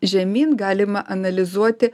žemyn galima analizuoti